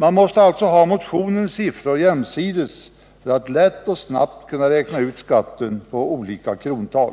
Man måste alltså ha motionens siffror jämsides för att lätt och snabbt kunna räkna ut skatten på olika krontal.